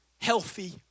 healthy